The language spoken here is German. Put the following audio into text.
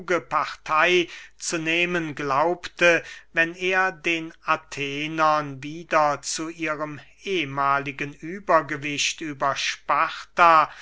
partey zu nehmen glaubte wenn er den athenern wieder zu ihrem ehemaligen übergewicht über